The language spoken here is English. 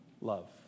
love